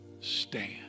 stand